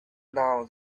now